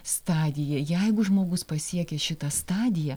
stadija jeigu žmogus pasiekia šitą stadiją